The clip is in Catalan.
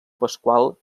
pasqual